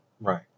Right